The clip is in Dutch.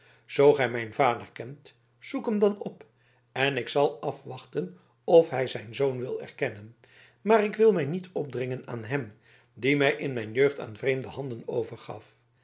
zoo gij mijn vader kent zoek hem dan op en ik zal afwachten of hij zijn zoon wil erkennen maar ik wil mij niet opdringen aan hem die mij in mijn jeugd aan vreemde handen overgaf